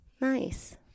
Nice